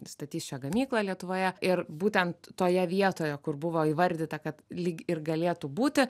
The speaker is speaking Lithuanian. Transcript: statys čia gamyklą lietuvoje ir būtent toje vietoje kur buvo įvardyta kad lyg ir galėtų būti